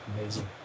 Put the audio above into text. amazing